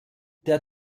der